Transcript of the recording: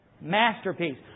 masterpiece